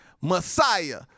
Messiah